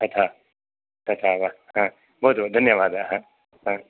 तथा तथा वा बहु धन्यवादाः